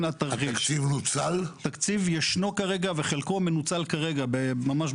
אמיר יהב שמונה מטעם ממשלת ישראל לעמוד בראש